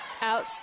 Out